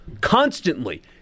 constantly